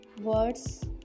words